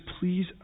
please